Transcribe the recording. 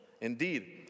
Indeed